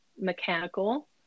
mechanical